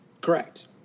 Correct